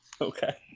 Okay